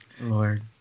Lord